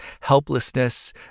helplessness